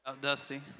Dusty